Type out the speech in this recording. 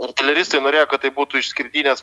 artileristai norėjo kad tai būtų išskirtinės